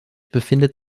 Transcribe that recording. befindet